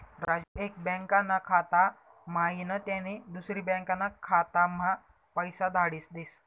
राजू एक बँकाना खाता म्हाईन त्यानी दुसरी बँकाना खाताम्हा पैसा धाडी देस